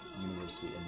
University